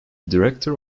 director